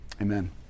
amen